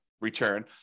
return